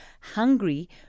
hungry